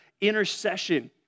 intercession